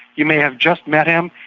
you may have just met him,